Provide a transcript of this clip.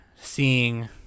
seeing